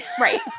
Right